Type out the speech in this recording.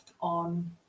on